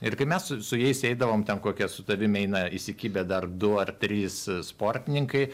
ir kai mes su su jais eidavom ten kokie su tavim eina įsikibę dar du ar trys sportininkai